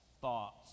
thoughts